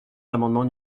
l’amendement